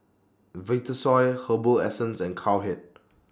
Vitasoy Herbal Essences and Cowhead